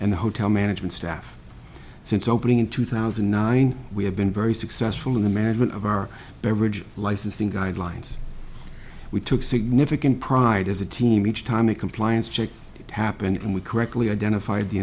and the hotel management staff since opening in two thousand and nine we have been very successful in the management of our beverage licensing guidelines we took significant pride as a team each time a compliance check happen and we correctly identify the